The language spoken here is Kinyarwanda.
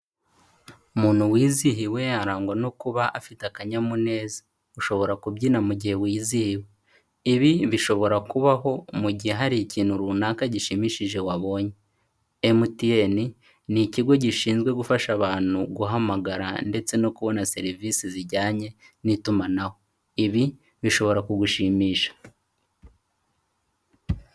Umuntu wizihiwe arangwa no kuba afite akanyamuneza, ushobora kubyina mu gihe wizihiwe. Ibi bishobora kubaho mu gihe hari ikintu runaka gishimishije wabonye. MTN ni ikigo gishinzwe gufasha abantu guhamagara ndetse no kubona serivisi zijyanye n'itumanaho, ibi bishobora kugushimisha.